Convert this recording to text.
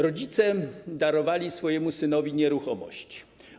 Rodzice darowali swojemu synowi nieruchomość.